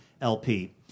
lp